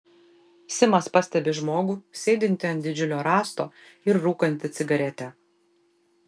simas pastebi žmogų sėdintį ant didžiulio rąsto ir rūkantį cigaretę